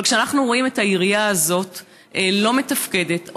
אבל אנחנו רואים את העירייה הזאת לא מתפקדת,